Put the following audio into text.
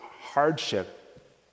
hardship